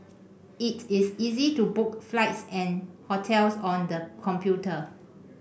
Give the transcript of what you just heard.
it is easy to book flights and hotels on the computer